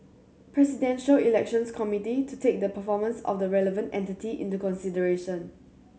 Presidential Elections Committee to take the performance of the relevant entity into consideration